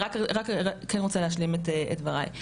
אני רק רוצה להשלים את דבריי.